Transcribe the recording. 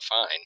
fine